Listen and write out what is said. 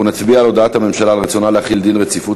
אנחנו נצביע על הודעת הממשלה על רצונה להחיל דין רציפות